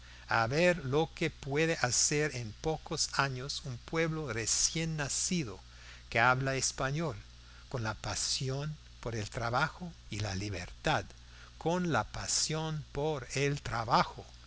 a ver lo que puede hacer en pocos años un pueblo recién nacido que habla español con la pasión por el trabajo y la libertad con la pasión por el trabajo